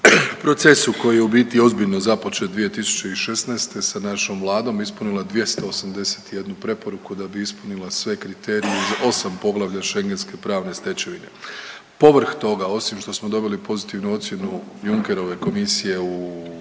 procesu koji je u biti ozbiljno započet 2016. sa našom vladom ispunila 281 preporuku da bi ispunila sve kriterije iz 8 poglavlja schengenske pravne stečevine. Povrh toga, osim što smo dobili pozitivnu ocjenu Junckerove komisije u